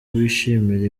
bishimira